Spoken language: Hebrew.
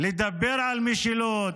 לדבר על משילות,